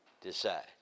decide